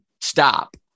stop